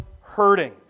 hurting